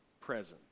presence